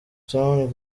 town